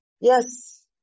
Yes